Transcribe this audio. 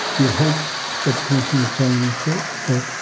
you'd hope that the commissioner was telling the truth. but